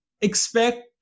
expect